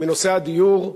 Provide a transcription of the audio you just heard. בנושא הדיור בישראל.